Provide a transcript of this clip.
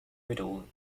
riddle